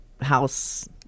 house